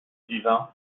divin